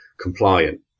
compliant